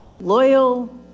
loyal